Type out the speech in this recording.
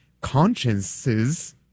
consciences